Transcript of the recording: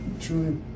truly